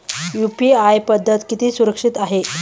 UPI पद्धत किती सुरक्षित आहे?